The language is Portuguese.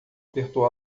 apertou